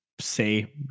say